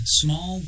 small